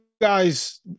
guys